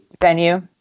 venue